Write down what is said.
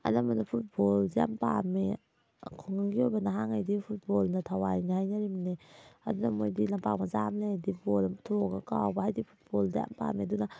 ꯑꯅꯝꯕꯅ ꯐꯨꯠꯕꯣꯜꯁꯦ ꯌꯥꯝ ꯄꯥꯝꯃꯦ ꯈꯨꯡꯒꯪꯒꯤ ꯑꯣꯏꯕ ꯅꯥꯍꯥꯈꯩꯗꯤ ꯐꯨꯠꯕꯣꯜꯅ ꯊꯥꯋꯥꯏꯅꯤ ꯍꯥꯏꯅꯔꯤꯕꯅꯤ ꯑꯗꯨꯅ ꯃꯈꯣꯏꯗꯤ ꯂꯝꯄꯥꯛ ꯃꯆꯥ ꯑꯃ ꯂꯩꯔꯗꯤ ꯕꯣꯜ ꯑꯃ ꯄꯨꯊꯣꯛꯑꯒ ꯀꯥꯎꯕ ꯍꯥꯏꯗꯤ ꯐꯨꯠꯕꯣꯜꯗ ꯌꯥꯝꯅ ꯄꯥꯝꯃꯦ ꯑꯗꯨꯅ